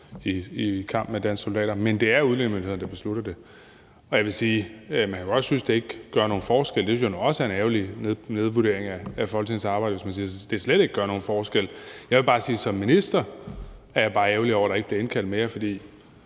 i kamp med danske soldater, men det er udlændingemyndighederne, der beslutter det. Man kan godt synes, at det ikke gør nogen forskel, selv om jeg også synes, det er en ærgerlig nedvurdering af Folketingets arbejde, hvis man siger, at det slet ikke gør nogen forskel, men jeg vil bare som minister sige, at jeg er ærgerlig over, at der ikke bliver indkaldt mere, for